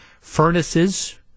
Furnaces